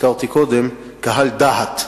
שהזכרתי קודם, קהל דה"ת,